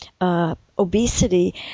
obesity